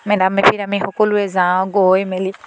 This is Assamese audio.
মেডাম মেফিৰ আমি সকলোৱে যাওঁ গৈ মেলি